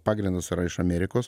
pagrindas yra iš amerikos